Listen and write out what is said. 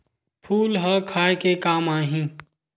फूल ह खाये के काम आही?